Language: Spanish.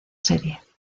serie